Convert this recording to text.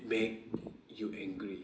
make you angry